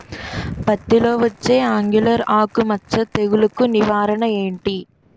పత్తి లో వచ్చే ఆంగులర్ ఆకు మచ్చ తెగులు కు నివారణ ఎంటి?